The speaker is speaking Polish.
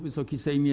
Wysoki Sejmie!